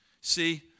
see